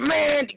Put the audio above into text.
Man